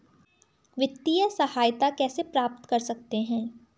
वित्तिय सहायता कैसे प्राप्त कर सकते हैं?